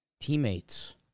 teammates